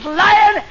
lion